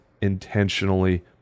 intentionally